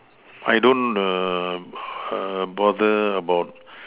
I don't err err bother about